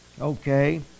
Okay